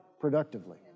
productively